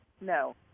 No